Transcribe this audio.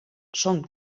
són